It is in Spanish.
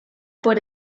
por